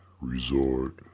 resort